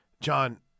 John